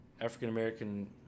African-American